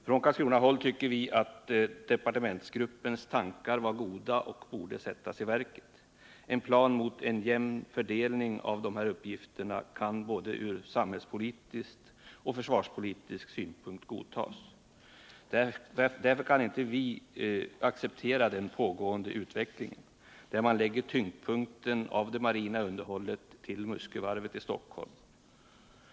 Från Karlskronahåll tycker vi att departementsgruppens tankar var goda och borde sättas i verket. En plan mot en jämn fördelning av dessa arbetsuppgifter kan både från samhällspolitisk och försvarspolitisk synpunkt godtas. Därför kan vi inte acceptera den pågående utvecklingen, där man lägger tyngdpunkten av det marina underhållet på Muskövarvet i Stockholm.